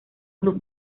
club